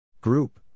group